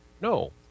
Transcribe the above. No